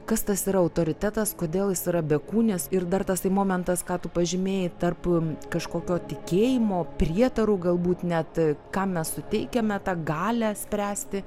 kas tas yra autoritetas kodėl jis yra bekūnis ir dar tasai momentas ką tu pažymėjai tarp kažkokio tikėjimo prietarų galbūt net kam mes suteikiame tą galią spręsti